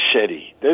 City